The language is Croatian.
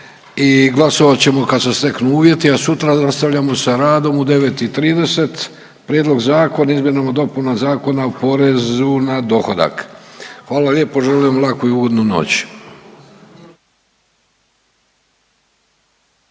i glasovat ćemo kad se steknu uvjeti, a sutra nastavljamo sa radom u 9,30, Prijedlog zakona o izmjenama i dopunama Zakona o porezu na dohodak. Hvala lijepo, želim vam laku i ugodnu noć.